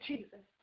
Jesus